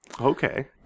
Okay